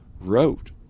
wrote